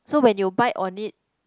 so when you bite on it